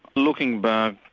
looking back